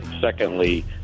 Secondly